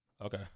Okay